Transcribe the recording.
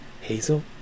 Hazel